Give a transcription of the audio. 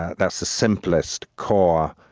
that's the simplest, core,